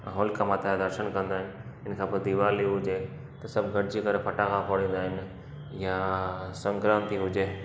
होलिका माता जा दर्शन कंदा आहिनि हिनसां पोइ दिवाली हुजे त सभु गॾिजी करे फ़टाका फोॾींदा आहिनि या संक्राती हुजे